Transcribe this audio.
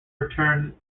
returned